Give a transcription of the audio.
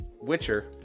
Witcher